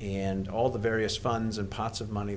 and all the various funds and pots of money